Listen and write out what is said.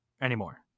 anymore